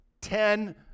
ten